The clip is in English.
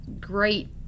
great